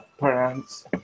parents